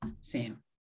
Sam